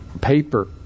paper